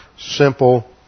simple